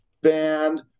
band